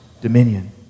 dominion